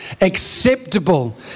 Acceptable